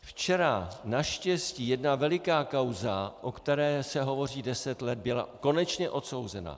Včera naštěstí jedna veliká kauza, o které se hovoří deset let, byla konečně odsouzena.